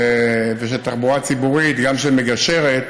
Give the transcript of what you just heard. והתחבורה הציבורית גם מגשרת,